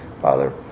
Father